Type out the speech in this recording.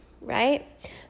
right